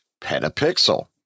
Petapixel